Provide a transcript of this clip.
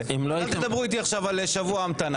אל תדברו איתי עכשיו על שבוע המתנה.